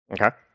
Okay